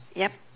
yup